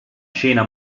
scena